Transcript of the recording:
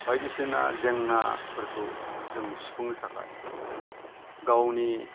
बायदिसिना जेंनाफोरखौ जों सुफुंनो थाखाय गावनि